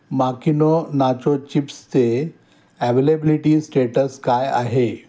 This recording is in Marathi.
माकिनो नाचो चिप्सचे ॲवेलेबिलिटी स्टेटस काय आहे